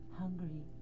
hungry